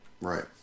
right